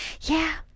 Yeah